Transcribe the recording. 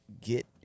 get